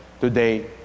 today